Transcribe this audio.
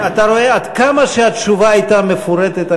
אתה רואה עד כמה התשובה הייתה מפורטת?